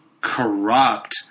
corrupt